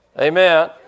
Amen